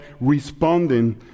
responding